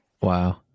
Wow